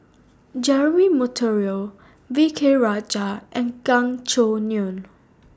Jeremy Monteiro V K Rajah and Gan Choo Neo